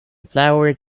flowered